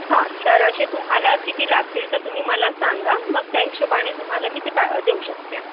हां तर असे तुम्हाला किती लागतील तर तुम्ही मला सांगा मग त्या हिशोबानी तुम्हाला मी ते पा देऊ शकते